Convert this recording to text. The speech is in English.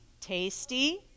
tasty